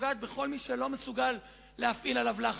שפוגעת בכל מי שלא מסוגל להפעיל עליו לחץ.